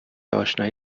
اشنایی